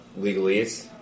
legalese